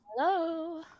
Hello